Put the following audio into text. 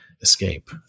escape